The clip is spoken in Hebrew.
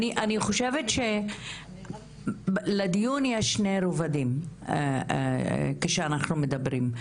אני חושבת שלדיון הזה ישנם שני רבדים כשאנחנו מדברים,